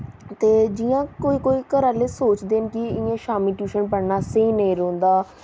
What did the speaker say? ते जि'यां कोई कोई घर आह्ले सोचदे न कि इ'यां शामीं ट्यूशन पढ़ना स्हेई नेईं रौहंदा